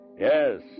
Yes